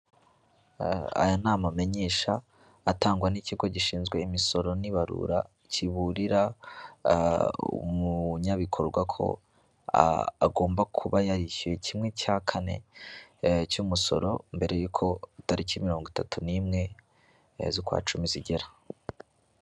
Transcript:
Aya ni amamenyesha atangwa n'ikigo gishinzwe imisoro n'ibarura kiburira umunyabikorwa ko agomba kuba yarishyuye kimwe cya kane ya cy'umusoro mbere y'ukotariki mirongo itatu n'imwe z'ukwacumi zigera.